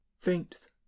faints